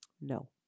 No